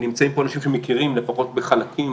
נמצאים פה אנשים שמכירים לפחות חלקים